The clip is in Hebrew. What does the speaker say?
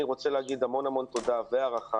אני רוצה להגיד המון המון תודה והערכה